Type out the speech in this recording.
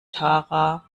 tara